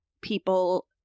people